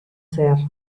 zehar